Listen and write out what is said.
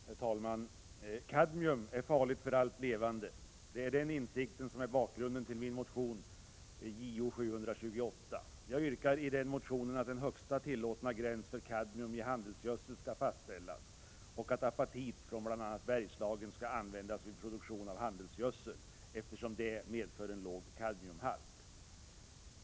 Herr talman! Kadmium är farligt för allt levande. Det är den insikten som är bakgrunden till min motion Jo728. Jag yrkar i motionen att en högsta tillåtna gräns för kadmium i handelsgödsel skall fastställas och att apatit från bl.a. Bergslagen skall användas vid produktion av handelsgödsel, eftersom det medför en låg kadmiumhalt.